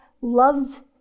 loves